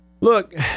Look